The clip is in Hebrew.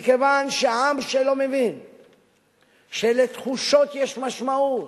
מכיוון שעם שלא מבין שלתחושות יש משמעות,